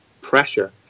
pressure